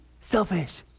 selfish